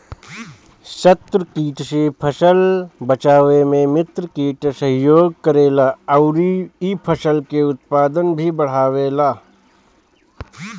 शत्रु कीट से फसल बचावे में मित्र कीट सहयोग करेला अउरी इ फसल के उत्पादन भी बढ़ावेला